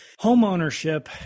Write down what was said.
homeownership